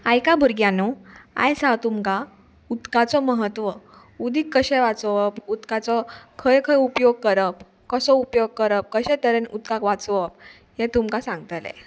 आयका भुरग्यांनो आयज हांव तुमकां उदकाचो म्हत्व उदीक कशें वाचोवप उदकाचो खंय खंय उपयोग करप कसो उपयोग करप कशे तरेन उदकाक वाचोवप हें तुमकां सांगतलें